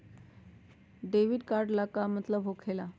Debit card के का मतलब होकेला?